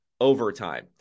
overtime